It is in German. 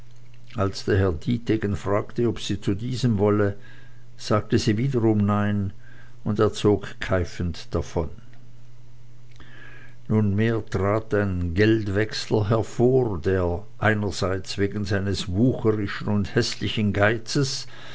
als daher dietegen fragte ob sie zu diesem wolle sagte sie wiederum nein und er zog keifend davon nunmehr trat ein geldwechsler hervor der einerseits wegen seines wucherischen und häßlichen geizes